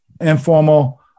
Informal